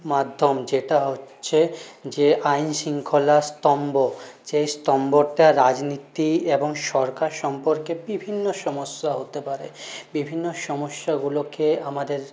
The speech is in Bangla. মাধ্যম যেটা হচ্ছে যে আইনশৃঙ্খলার স্তম্ভ যে স্তম্ভটা রাজনীতি এবং সরকার সম্পর্কে বিভিন্ন সমস্যা হতে পারে বিভিন্ন সমস্যাগুলোকে আমাদের